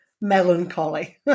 melancholy